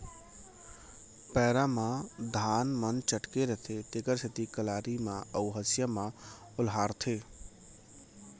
पैरा म धान मन चटके रथें तेकर सेती कलारी म अउ हँसिया म ओलहारथें